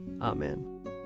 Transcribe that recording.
Amen